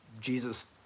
Jesus